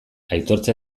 aitortza